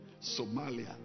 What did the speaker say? Somalia